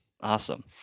awesome